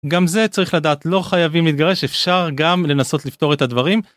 גם זה צריך לדעת לא חייבים להתגרש אפשר גם לנסות לפתור את הדברים.